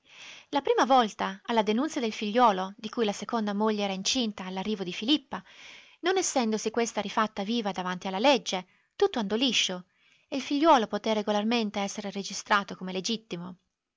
la prima volta alla denunzia del figliuolo di cui la seconda moglie era incinta all'arrivo di filippa non essendosi questa rifatta viva davanti alla legge tutto andò liscio e il figliuolo poté regolarmente essere registrato come legittimo